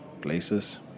places